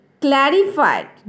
clarified